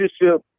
leadership